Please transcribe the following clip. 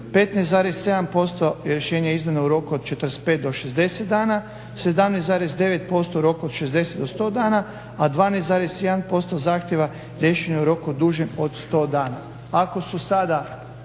15,7% je rješenje izdano u roku 45 do 60 dana, 17,95 u roku od 60 do 100 dana a 12,1% zahtjeva riješeno je u roku dužem od 100 dana. Ako su sada